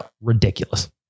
Ridiculous